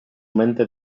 mente